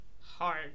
Hard